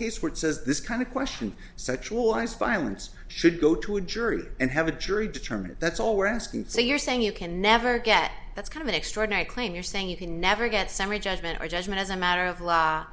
case where it says this kind of question such warrants violence should go to a jury and have a jury determine that's all we're asking so you're saying you can never get that's kind of an extraordinary claim you're saying you can never get summary judgment or judgment as a matter of law